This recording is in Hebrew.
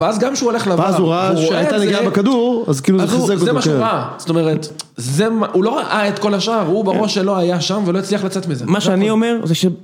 ואז גם כשהוא הולך לVAR, הוא רואה שהיתה נגיעה בכדור, אז כאילו זה חיזק אותו. זאת אומרת, הוא לא ראה את כל השאר, הוא בראש שלו היה שם ולא הצליח לצאת מזה. מה שאני אומר זה ש...